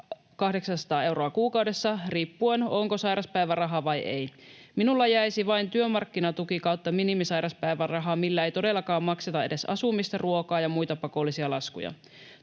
800 euroa kuukaudessa riippuen, onko sairaspäiväraha vai ei. Minulla jäisi vain työmarkkinatuki/minimisairauspäiväraha, millä ei todellakaan makseta edes asumista, ruokaa ja muita pakollisia laskuja.